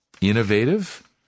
innovative